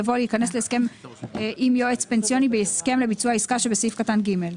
יבוא "ייכנס להסכם עם יועץ פנסיוני בהסכם לביצוע עסקה שבסעיף קטן (ג)".